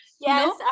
Yes